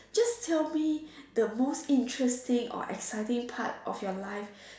just tell me the most interesting or exciting part of your life